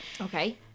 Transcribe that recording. Okay